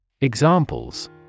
Examples